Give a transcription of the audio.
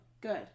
Good